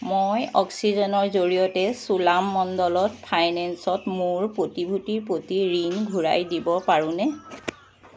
মই অক্সিজেনৰ জৰিয়তে চোলামণ্ডলত ফাইনেন্সত মোৰ প্ৰতিভূতিৰ প্ৰতি ঋণ ঘূৰাই দিব পাৰোনে